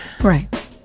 Right